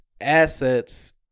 assets